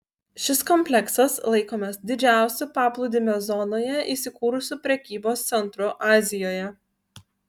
šis kompleksas laikomas didžiausiu paplūdimio zonoje įsikūrusiu prekybos centru azijoje